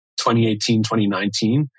2018-2019